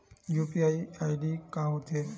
UPI ID का होथे?